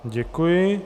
Děkuji.